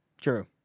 True